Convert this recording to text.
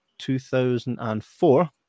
2004